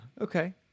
Okay